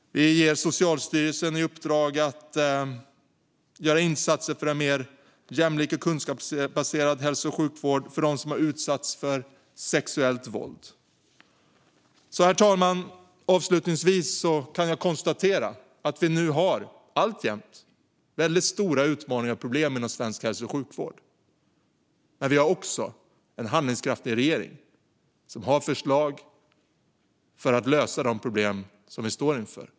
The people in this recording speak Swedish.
Vi ger Socialstyrelsen i uppdrag att göra insatser för en mer jämlik och kunskapsbaserad hälso och sjukvård för dem som har utsatts för sexuellt våld. Herr talman! Avslutningsvis kan jag konstatera att vi alltjämt har stora utmaningar och problem inom svensk hälso och sjukvård men att vi också har en handlingskraftig regering som har förslag till lösningar på de problem vi står inför.